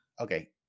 Okay